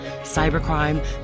Cybercrime